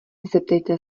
zeptejte